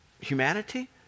humanity